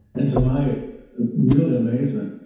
and to my really, amazement,